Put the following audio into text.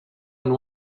and